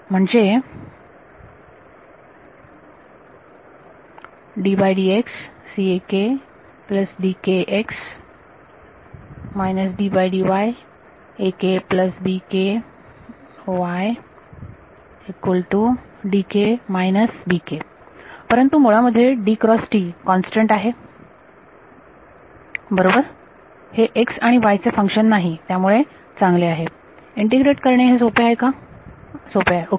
म्हणजे परंतु मुळामध्ये कॉन्स्टंट आहे बरोबर हे x आणि y चे फंक्शन नाही त्यामुळे चांगले आहे इंटिग्रेट करणे हे सोपे आहे ओके